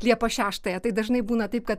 liepos šeštąją tai dažnai būna taip kad